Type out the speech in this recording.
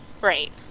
Right